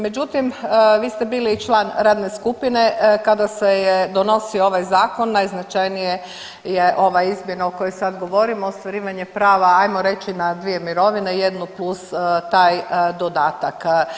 Međutim, vi ste bili i član radna skupine kada se je donosio ovaj zakon najznačajnija je ova izmjena o kojoj sad govorimo ostvarivanje prava hajmo reći na dvije mirovine jednu plus taj dodatak.